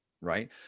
right